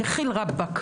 'ד'חיל ראבק',